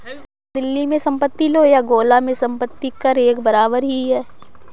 चाहे दिल्ली में संपत्ति लो या गोला में संपत्ति कर एक बराबर ही है